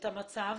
המצב.